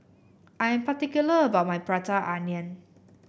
I am particular about my Prata Onion